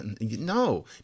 No